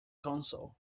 console